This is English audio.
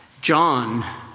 John